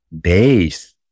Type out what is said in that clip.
days